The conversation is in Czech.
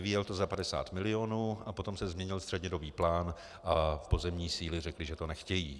Vyvíjel to za 50 milionů, a potom se změnil střednědobý plán a pozemní síly řekly, že to nechtějí.